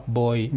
boy